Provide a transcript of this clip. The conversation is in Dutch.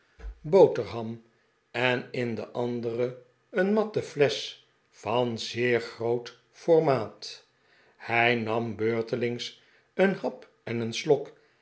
boterham en in de andere een matten flesch van zeer groot formaat hij nam beurtelings een hap en een slok